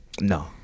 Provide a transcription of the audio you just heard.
No